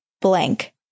Blank